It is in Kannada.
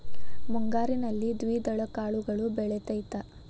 ಮುಂಗಾರಿನಲ್ಲಿ ದ್ವಿದಳ ಕಾಳುಗಳು ಬೆಳೆತೈತಾ?